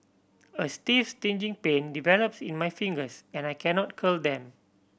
a stiff stinging pain develops in my fingers and I cannot curl them